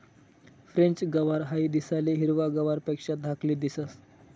French गवार हाई दिसाले हिरवा गवारपेक्षा धाकली दिसंस